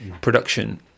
production